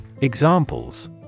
Examples